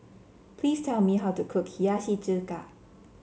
please tell me how to cook Hiyashi Chuka